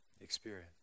experience